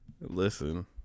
Listen